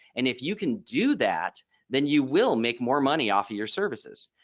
and if you can do that then you will make more money offer your services.